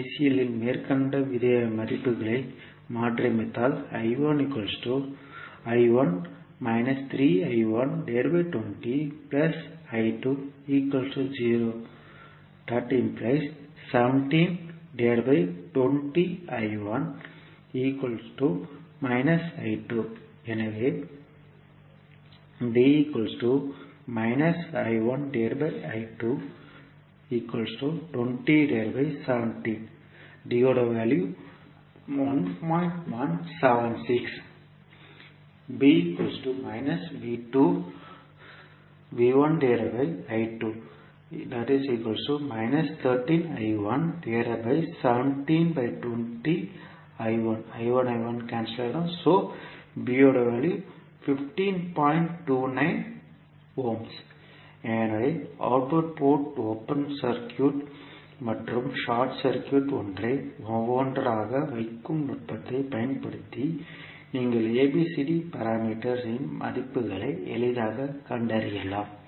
KCL இல் மேற்கண்ட மதிப்புகளை மாற்றியமைத்தல் எனவே எனவே அவுட்புட் போர்ட் ஓபன் சர்க்யூட் மற்றும் ஷார்ட் சர்க்யூட் ஒன்றை ஒவ்வொன்றாக வைக்கும் நுட்பத்தைப் பயன்படுத்தி நீங்கள் ABCD பாராமீட்டர் இன் மதிப்புகளை எளிதாகக் கண்டறியலாம்